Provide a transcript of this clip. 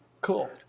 Cool